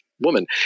woman